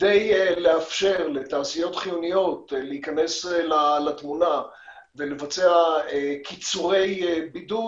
כדי לאפשר לתעשיות חיוניות להיכנס לתמונה ולבצע קיצורי בידוד,